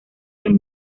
del